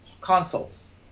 consoles